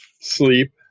Sleep